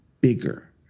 bigger